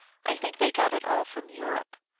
i think they got it all from europe.